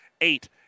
eight